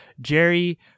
Jerry